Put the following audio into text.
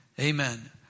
Amen